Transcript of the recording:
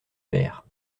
pair